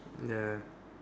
ya